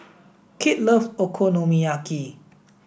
Kit love Okonomiyaki